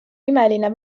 imeline